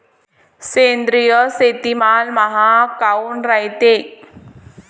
सेंद्रिय शेतीमाल महाग काऊन रायते?